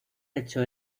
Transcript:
hecho